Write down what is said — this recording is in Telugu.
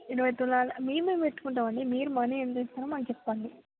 ఇరవై తులాల మేమే పెట్టుకుంటామండి మీరు మనీ ఎంత ఇస్తారో మాకు చెప్పండి